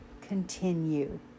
Continue